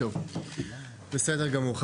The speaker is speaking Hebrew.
בסדר גמור.